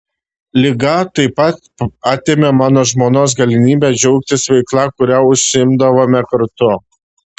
liga taip pat atėmė mano žmonos galimybę džiaugtis veikla kuria užsiimdavome kartu